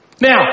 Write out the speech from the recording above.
Now